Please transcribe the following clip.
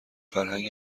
فرهنگ